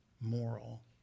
moral